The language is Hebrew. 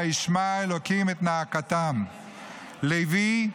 "וישמע אלוקים את נאקתם"; לוי,